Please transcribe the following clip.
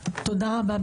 תודה רבה,